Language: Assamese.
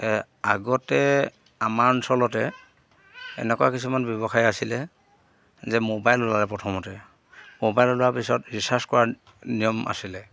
আগতে আমাৰ অঞ্চলতে এনেকুৱা কিছুমান ব্যৱসায় আছিলে যে মোবাইল ওলালে প্ৰথমতে মোবাইল ওলোৱাৰ পিছত ৰিচাৰ্জ কৰাৰ নিয়ম আছিলে